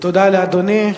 תודה לאדוני.